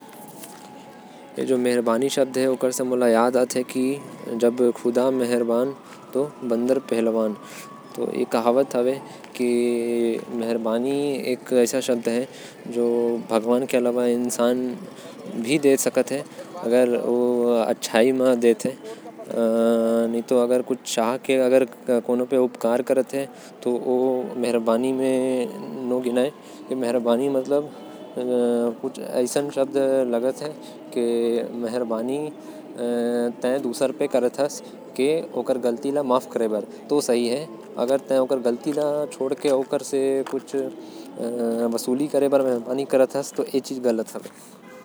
मेहरबानी से मोके याद आथे एक कहावत। खुदा मेहरबान तो बंदर पहलवान। हर कोई ला एक दूसर पर मेहरबानी करना। चाही ताकि समाज बेहतर बनहि।